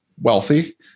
wealthy